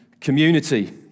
community